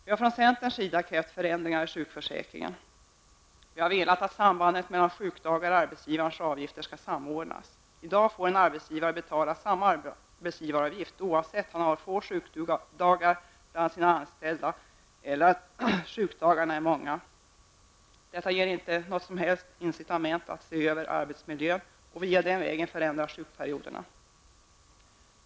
Vi har från centerns sida krävt förändringar i sjukförsäkringen. Vi har velat att arbetsgivarens avgifter skall sättas i relation till antalet sjukdagar. I dag får en arbetsgivare betala samma arbetsgivaravgift oavsett om han har anställda med få sjukdagar eller om sjukdagarna är många. Detta ger inte något som helst incitament till att se över arbetsmiljön och förändra sjukperioderna den vägen.